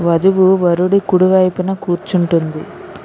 వధువు వరుడి కుడివైపున కూర్చుంటుంది